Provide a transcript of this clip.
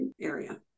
area